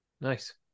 Nice